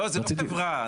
לא, זה לא חברה.